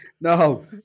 no